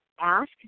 ask